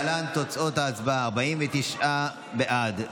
להלן תוצאות ההצבעה: 49 בעד,